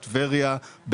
טבריה,